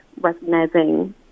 recognizing